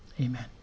amen